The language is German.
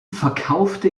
verkaufte